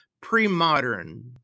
pre-modern